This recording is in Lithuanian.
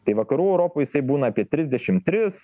tai vakarų europoj jisai būna apie trisdešim tris